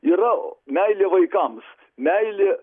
yra meilė vaikams meilė